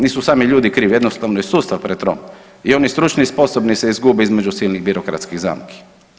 Nisu sami ljudi krivi, jednostavno je sustav pretrom i oni stručni i sposobni se izgube između silnih birokratskih zamki.